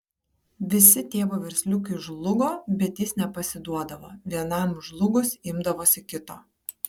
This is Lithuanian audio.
visi tėvo versliukai žlugo bet jis nepasiduodavo vienam žlugus imdavosi kito